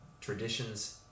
traditions